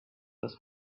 was